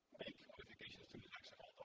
modifications to the